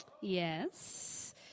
Yes